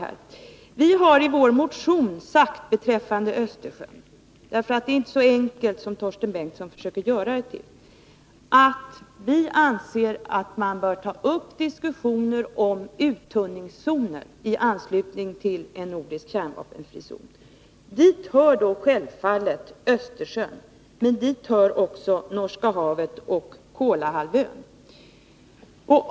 Det är inte så enkelt som Torsten Bengtson försöker göra det till, och i vår motion har vi beträffande Östersjön sagt att vi anser att man bör ta upp diskussioner om uttunningszoner i anslutning till en nordisk kärnvapenfri zon. Till dessa hör självfallet Östersjön, men också Norska havet och Kolahalvön.